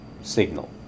signal